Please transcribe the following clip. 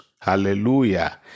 hallelujah